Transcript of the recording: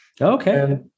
Okay